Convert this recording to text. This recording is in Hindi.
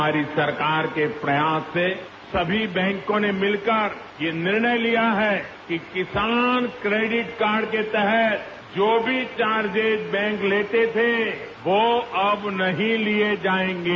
हमारी सरकार के प्रयास से सभी बैंकों ने मिलकर ये निर्णय लिया है कि किसान क्रेडिट कार्ड के तहत जो भी चार्जेज बैंक लेते थे वो अब नहीं लिए जाएंगे